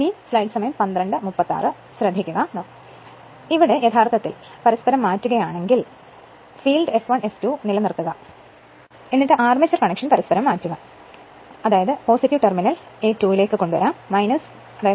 ഇപ്പോൾ യഥാർത്ഥത്തിൽ പരസ്പരം മാറ്റുകയാണെങ്കിൽ ഫീൽഡ് F1 F2 ആയി നിലനിർത്തുക ഇപ്പോൾ ആർമേച്ചർ കണക്ഷൻ പരസ്പരം മാറ്റുക അതായത് ടെർമിനൽ ഇവിടെ ഞാൻ A2 ലേക്ക് കൊണ്ടുവന്നു 1 ഞാൻ A1 ലേക്ക് കൊണ്ടുവന്നു